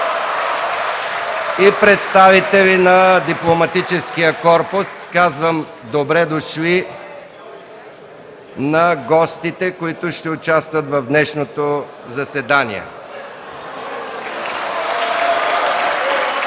и представители на дипломатическия корпус. Казвам: „Добре дошли!” на гостите, които ще участват в днешното заседание. РЕПЛИКА ОТ